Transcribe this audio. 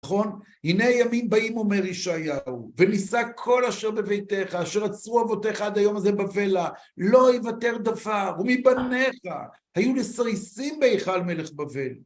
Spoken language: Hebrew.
נכון? הנה ימים באים אומר ישעיהו וניסע כל אשר בביתך, אשר עצרו אבותיך עד היום הזה בבלה לא יוותר דבר, ומבניך היו לסריסים בהיכל מלך בבל.